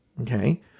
okay